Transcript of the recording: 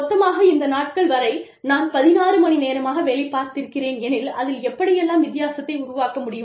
மொத்தமாக இந்த நாட்கள் வரை நான் 16 மணி நேரமாக வேலை பார்த்திருக்கிறேன் எனில் அதில் எப்படி எல்லாம் வித்தியாசத்தை உருவாக்க முடியும்